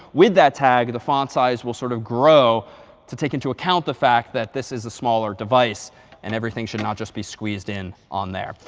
with that tag, the font size will sort of grow to take into account the fact that this is a smaller device and everything should not just be squeezed in on there.